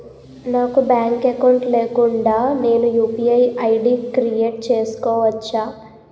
నాకు bank account లేకుండా నేను యు.పి.ఐ ఐ.డి క్రియేట్ చేసుకోవచ్చా?